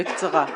בקצרה.